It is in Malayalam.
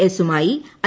എസുമായി ഐ